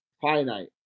finite